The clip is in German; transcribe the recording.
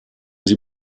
sie